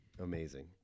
amazing